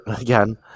again